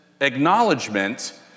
acknowledgement